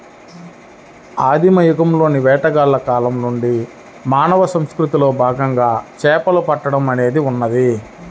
ఆదిమ యుగంలోని వేటగాళ్ల కాలం నుండి మానవ సంస్కృతిలో భాగంగా చేపలు పట్టడం అనేది ఉన్నది